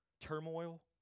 turmoil